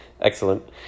excellent